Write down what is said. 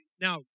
Now